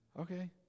Okay